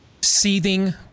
Seething